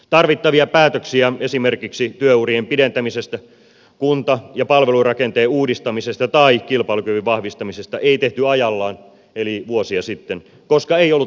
tarvittavia päätöksiä esimerkiksi työurien pidentämisestä kunta ja palvelurakenteen uudistamisesta tai kilpailukyvyn vahvistamisesta ei tehty ajallaan eli vuosia sitten koska ei ollut aivan pakko